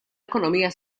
ekonomija